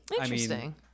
Interesting